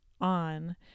on